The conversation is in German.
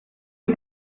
sie